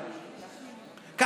ממשלה.